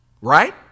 right